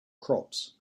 crops